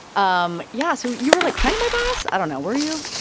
um yeah. so you were, like, kind of my boss. i don't know. were you?